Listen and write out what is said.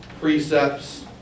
precepts